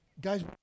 guys